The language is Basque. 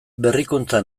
berrikuntza